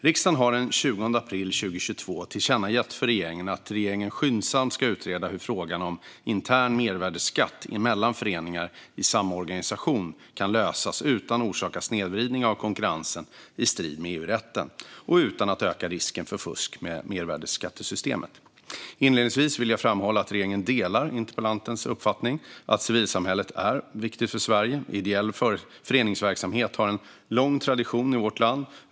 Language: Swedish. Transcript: Riksdagen har den 20 april 2022 tillkännagett för regeringen att regeringen skyndsamt ska utreda hur frågan om intern mervärdesskatt mellan föreningar i samma organisation kan lösas utan att orsaka snedvridning av konkurrensen i strid med EU-rätten och utan att öka risken för fusk med mervärdesskattesystemet. Inledningsvis vill jag framhålla att regeringen delar interpellantens uppfattning att civilsamhället är viktigt för Sverige. Ideell föreningsverksamhet har en lång tradition i vårt land.